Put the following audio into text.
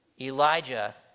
Elijah